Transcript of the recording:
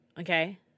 okay